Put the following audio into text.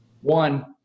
One